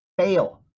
fail